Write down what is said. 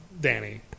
Danny